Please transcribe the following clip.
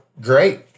great